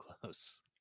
close